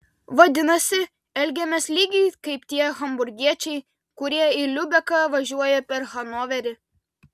vadinasi elgiamės lygiai kaip tie hamburgiečiai kurie į liubeką važiuoja per hanoverį